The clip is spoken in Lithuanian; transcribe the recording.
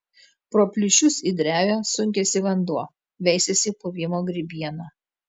pro plyšius į drevę sunkiasi vanduo veisiasi puvimo grybiena